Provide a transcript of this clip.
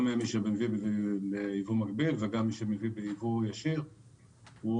גם מי שמביא בייבוא מקביל וגם מי שמביא בייבוא ישיר הוא